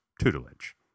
Tutelage